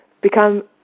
become